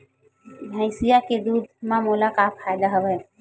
भैंसिया के दूध म मोला का फ़ायदा हवय?